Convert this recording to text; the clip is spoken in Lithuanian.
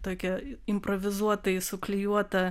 tokią improvizuotai suklijuotą